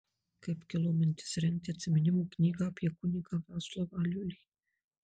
kaip kilo mintis rengti atsiminimų knygą apie kunigą vaclovą aliulį